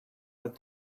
but